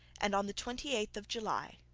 and on the twenty eighth of july,